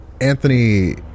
Anthony